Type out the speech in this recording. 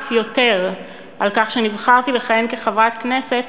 אף יותר על כך שנבחרתי לכהן כחברת כנסת